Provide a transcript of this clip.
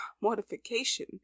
mortification